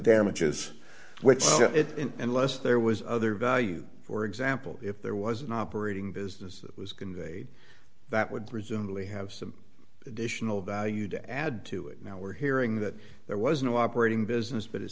which unless there was other value for example if there was an operating business that was conveyed that would presumably have some additional value to add to it now we're hearing that there was no operating business but it